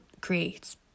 creates